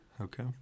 okay